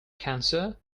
cancer